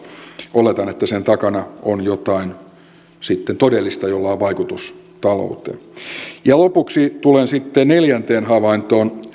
oletan että sen takana on jotain todellista jolla on vaikutus talouteen lopuksi tulen sitten neljänteen havaintoon